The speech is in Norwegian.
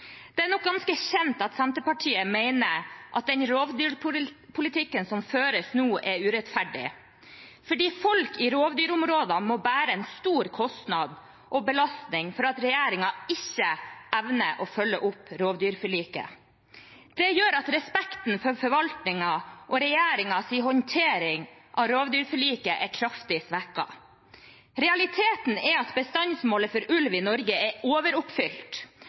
Det er nok ganske kjent at Senterpartiet mener at den rovdyrpolitikken som føres nå, er urettferdig, fordi folk i rovdyrområdene må bære en stor kostnad og belastning for at regjeringen ikke evner å følge opp rovdyrforliket. Det gjør at respekten for forvaltningen og regjeringens håndtering av rovdyrforliket er kraftig svekket. Realiteten er at bestandsmålet for ulv i Norge er